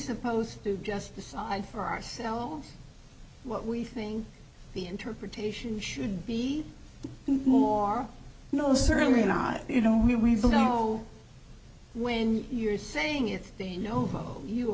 supposed to just decide for ourselves what we think the interpretation should be more no certainly not you know we don't know when you're saying it's you know you